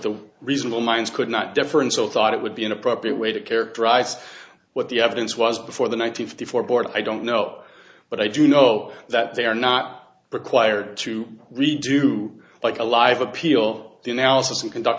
the reasonable minds could not differ and so thought it would be an appropriate way to characterize what the evidence was before the nine hundred four board i don't know but i do know that they are not required to redo like a live appeal the analysis and conduct